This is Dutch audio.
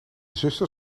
zuster